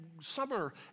summer